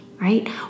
right